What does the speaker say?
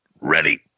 ready